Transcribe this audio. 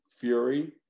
Fury